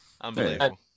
Unbelievable